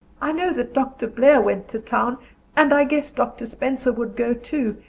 i know that dr. blair went to town and i guess dr. spencer would go too.